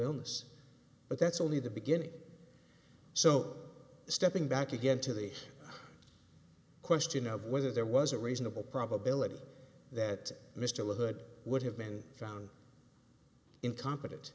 illness but that's only the beginning so stepping back again to the question of whether there was a reasonable probability that mr hood would have been found incompetent